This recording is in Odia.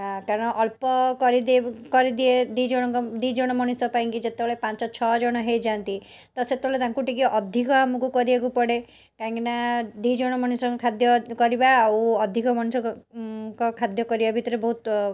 ଏଁ କାରଣ ଅଳ୍ପ କରିଦିଏ କରିଦିଏ ଦୁଇଜଣ ଦୁଇଜଣ ମଣିଷ ପାଇଁକି ଯେତେବେଳେ ପାଞ୍ଚ ଛଅଜଣ ହେଇଯାଆନ୍ତି ତ ସେତେବେଳେ ତାଙ୍କୁ ଟିକିଏ ଅଧିକା ଆମକୁ କରିବାକୁ ପଡ଼େ କାହିଁକିନା ଦୁଇଜଣ ମଣିଷଙ୍କ ଖାଦ୍ୟ କରିବା ଆଉ ଅଧିକ ମଣିଷଙ୍କ ଉଁ ଙ୍କ ଖାଦ୍ୟ କରିବା ଭିତରେ ବହୁତ